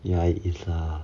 ya it's uh